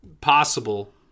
possible